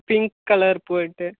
pink colour போட்டு